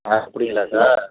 ஆ அப்படிங்களா சார்